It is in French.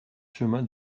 chemin